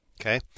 Okay